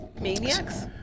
maniacs